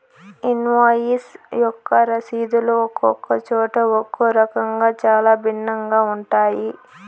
invoice యొక్క రసీదులు ఒక్కొక్క చోట ఒక్కో రకంగా చాలా భిన్నంగా ఉంటాయి